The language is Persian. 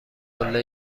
قله